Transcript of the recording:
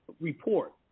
report